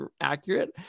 accurate